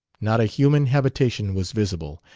not a human habitation was visible,